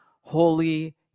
holy